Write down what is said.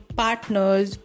partners